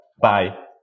Bye